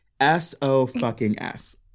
S-O-fucking-S